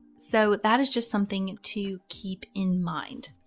so that is just something to keep in mind.